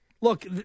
look